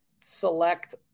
select